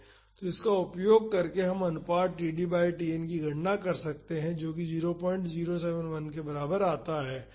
तो इसका उपयोग करके हम अनुपात td बाई Tn की गणना कर सकते हैं जो कि 0071 के बराबर आता है